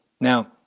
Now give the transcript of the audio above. Now